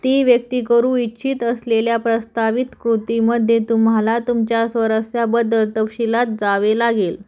ती व्यक्ती करू इच्छित असलेल्या प्रस्तावित कृतीमध्ये तुम्हाला तुमच्या स्वारस्याबद्दल तपशीलात जावे लागेल